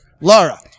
Laura